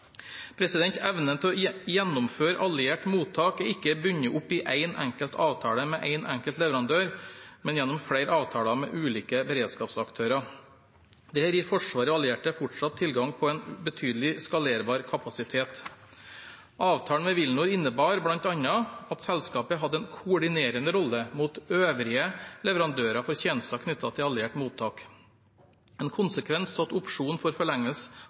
Evnen til å gjennomføre alliert mottak er ikke bundet opp i én enkelt avtale med én enkelt leverandør, men gjennom flere avtaler med ulike beredskapsaktører. Dette gir Forsvaret og allierte fortsatt tilgang på en betydelig skalerbar kapasitet. Avtalen med WilNor innebar bl.a. at selskapet hadde en koordinerende rolle mot øvrige leverandører for tjenester knyttet til alliert mottak. En konsekvens av at